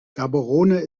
gaborone